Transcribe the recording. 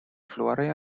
flori